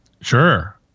Sure